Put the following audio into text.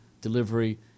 delivery –